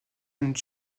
une